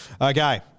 Okay